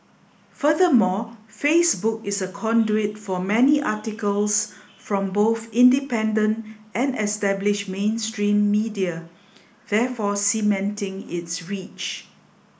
furthermore Facebook is a conduit for many articles from both independent and established mainstream media therefore cementing its reach